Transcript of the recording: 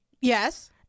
Yes